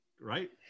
right